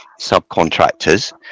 subcontractors